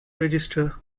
register